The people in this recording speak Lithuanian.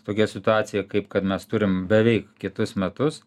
tokia situacija kaip kad mes turim beveik kitus metus